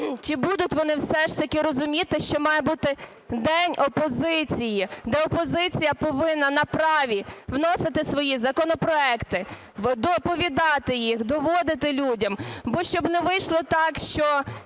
Чи будуть вони все ж таки розуміти, що має бути день опозиції, де опозиція повинна на праві вносити свої законопроекти, доповідати їх, доводити людям. Бо щоб не вийшло так, що